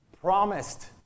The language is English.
promised